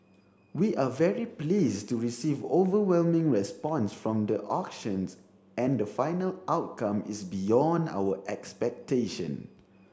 we are very pleased to receive overwhelming response from the auctions and the final outcome is beyond our expectation